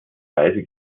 weise